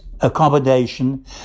accommodation